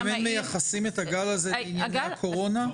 אתם מייחסים את הגל הזה לעניין הקורונה?